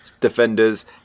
defenders